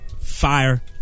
Fire